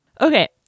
Okay